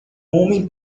homem